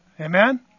Amen